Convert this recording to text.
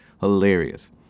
hilarious